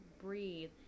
breathe